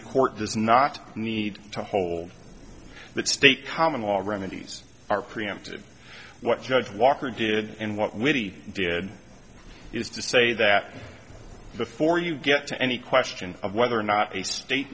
the court does not need to hold that state common law remedies are preemptive what judge walker did and what we did is to say that before you get to any question of whether or not a state